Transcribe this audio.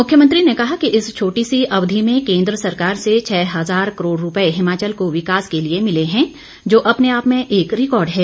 मुख्यंमत्री ने कहा कि इस छोटी सी अवधि में केंद्र सरकार से छः हजार करोड़ रुपए हिमाचल को विकास के लिए मिले हैं जो अपने आप में एक रिकॉर्ड है